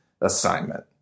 assignment